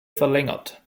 verlängert